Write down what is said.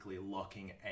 locking